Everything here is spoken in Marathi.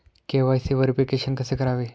के.वाय.सी व्हेरिफिकेशन कसे करावे?